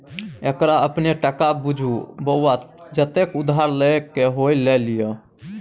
एकरा अपने टका बुझु बौआ जतेक उधार लए क होए ल लिअ